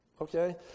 Okay